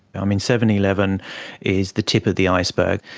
i mean, seven eleven is the tip of the iceberg.